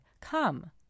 Come